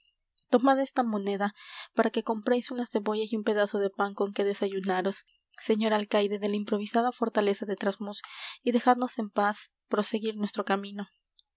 zumba tomad esa moneda para que compréis unas cebollas y un pedazo de pan con que desayunaros señor alcaide de la improvisada fortaleza de trasmoz y dejadnos en paz proseguir nuestro camino